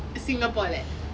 singapore leh